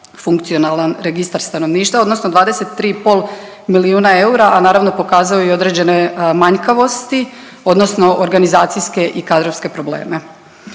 funkcionalan registar stanovništva odnosno 23,5 milijuna eura, a naravno pokazao je i određene manjkavosti odnosno organizacijske i kadrovske probleme.